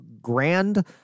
grand